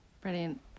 Brilliant